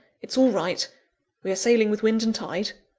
it's all right we are sailing with wind and tide.